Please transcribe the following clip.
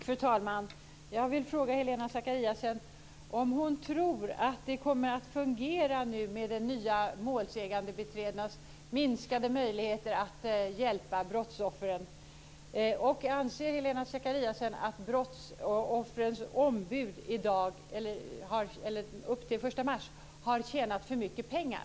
Fru talman! Jag vill fråga Helena Zakariasén om hon tror att det kommer att fungera med målsägandebiträdenas minskade möjligheter att hjälpa brottsoffren. Anser Helena Zakariasén att brottsoffrens ombud upp till den 1 mars har tjänat för mycket pengar?